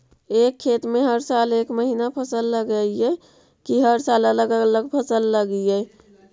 एक खेत में हर साल एक महिना फसल लगगियै कि हर साल अलग अलग फसल लगियै?